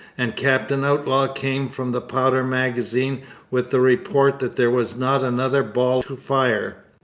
and captain outlaw came from the powder magazine with the report that there was not another ball to fire.